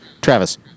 travis